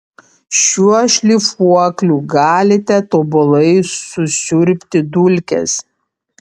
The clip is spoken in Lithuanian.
šiuo šlifuokliu galite tobulai susiurbti dulkes